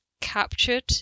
captured